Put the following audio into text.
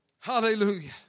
Hallelujah